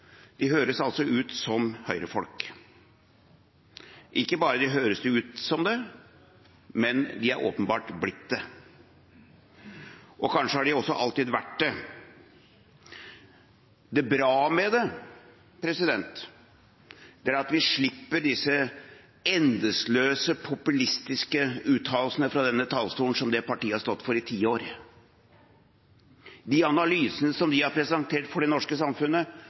de høres ut som Høyre-folk. Ikke bare høres de ut som det, men de er åpenbart blitt det. Kanskje har de også alltid vært det. Det som er bra med det, er at vi slipper disse endeløse, populistiske uttalelsene fra denne talerstolen som det partiet har stått for i ti år. De analysene som de har presentert for det norske samfunnet,